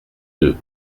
deux